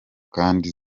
kandi